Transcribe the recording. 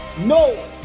no